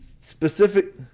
Specific